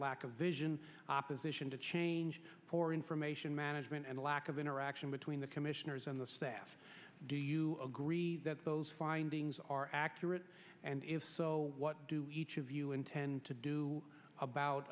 lack of vision opposition to change poor information management and a lack of interaction between the commissioners and the staff do you agree that those findings are accurate and if so what do each of you intend to do about